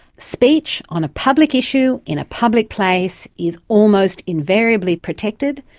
speech on a public issue in a public place is almost invariably protected,